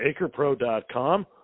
AcrePro.com